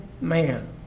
man